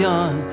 on